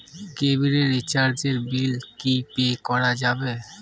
কেবিলের রিচার্জের বিল কি পে করা যাবে?